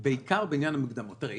תראה,